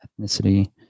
ethnicity